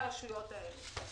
על סדר היום דיון מהיר בנושא: